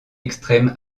extrême